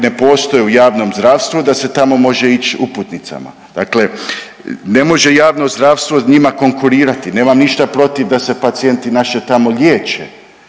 ne postoji u javnom zdravstvu da se tamo može ići uputnicama. Dakle, ne može javno zdravstvo njima konkurirati. Nemam ništa protiv da se pacijenti naši tamo liječe,